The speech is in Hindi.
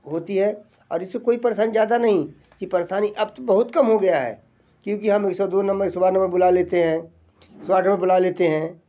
होती है और इससे कोई परेशानी ज़्यादा नहीं कि परेशानी अब तो बहुत कम हो गई है क्योंकि हम एक सौ दो नंबर एक सौ बारह नंबर बुला लेते हैं बुला लेते हैं